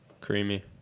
Creamy